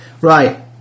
right